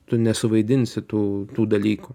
tu nesuvaidinsi tų tų dalykų